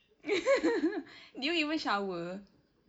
did you even shower